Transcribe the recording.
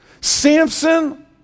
Samson